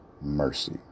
mercy